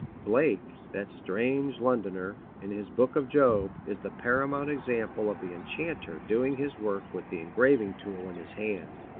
blake, that strange londoner, in his book of job, is the paramount example of the enchanter doing his work with the engraving tool in his hand.